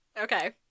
Okay